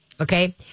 okay